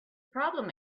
problem